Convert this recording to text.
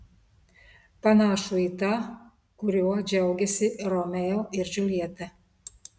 panašų į tą kuriuo džiaugėsi romeo ir džiuljeta